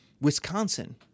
Wisconsin